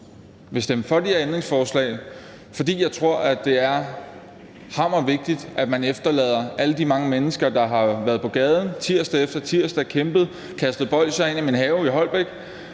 vil stemme for de her ændringsforslag, fordi jeg tror, det er hammervigtigt, at vi i forhold til alle de mange mennesker, der har været på gaden tirsdag efter tirsdag, har kæmpet, har kastet bolsjer ind i min have i Holbæk,